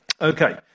Okay